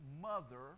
mother